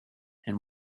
and